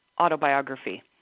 autobiography